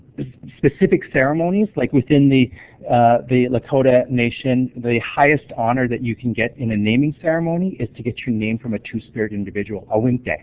specific ceremonies, like within the the lakota nation, the highest honor that you can get in a naming ceremony is to get your name from a two-spirit individual, a winkte.